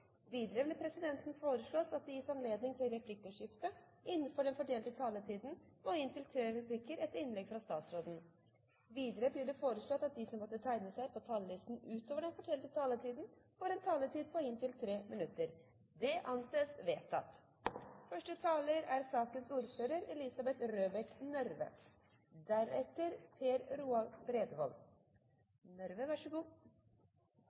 Videre vil presidenten foreslå at det gis anledning til replikkordskifte på inntil fem replikker med svar etter innlegget fra statsråden innenfor den fordelte taletid. Videre blir det foreslått at de som måtte tegne seg på talerlisten utover den fordelte taletid, får en taletid på inntil 3 minutter. – Det anses vedtatt. Både sjømannsorganisasjonene og Fiskarlaget er